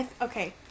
okay